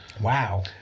Wow